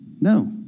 No